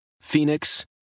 Phoenix